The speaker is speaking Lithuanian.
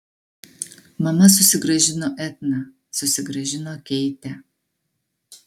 mama susigrąžino etną susigrąžino keitę